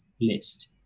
list